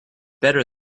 better